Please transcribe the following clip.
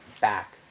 back